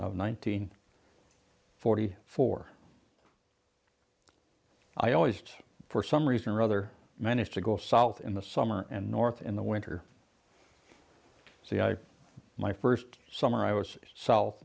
hundred forty four i always for some reason or other managed to go south in the summer and north in the winter so my first summer i was south